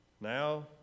Now